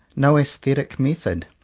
no aesthetic method.